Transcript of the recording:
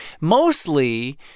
Mostly